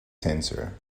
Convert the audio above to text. tensor